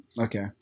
Okay